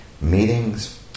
meetings